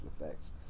effects